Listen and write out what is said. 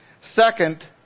Second